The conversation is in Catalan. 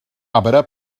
arbre